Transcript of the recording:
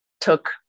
took